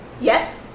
Yes